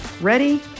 Ready